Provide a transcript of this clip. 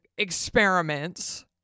Experiments